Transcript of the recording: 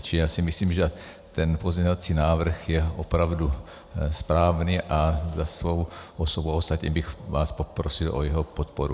Čili si myslím, že ten pozměňovací návrh je opravdu správný, a za svou osobu bych vás poprosil o jeho podporu.